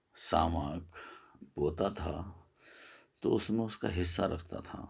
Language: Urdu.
ساماک ہوتا تھا تو اس میں اس کا حصہ رکھتا تھا